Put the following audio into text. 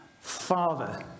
Father